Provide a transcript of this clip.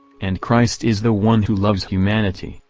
and christ is the one who loves humanity.